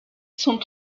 sont